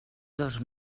dos